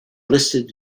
listed